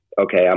okay